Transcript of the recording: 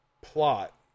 plot